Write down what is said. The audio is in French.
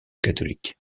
catholique